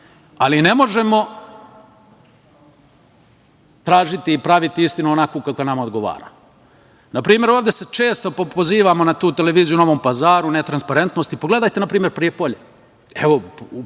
ali ne možemo tražiti i praviti istinu onakvu kakva nama odgovara. Na primer ovde se često pozivamo na tu televiziju u Novom Pazaru, netransparentnost i pogledajte na primer Prijepolje. Evo,